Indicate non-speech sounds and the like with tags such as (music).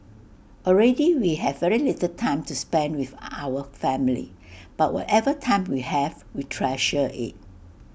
already we have very little time to spend with (noise) our family but whatever time we have we treasure IT